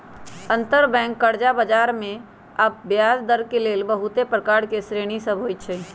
अंतरबैंक कर्जा बजार मे कर्जा आऽ ब्याजदर के लेल बहुते प्रकार के श्रेणि सभ होइ छइ